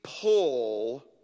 pull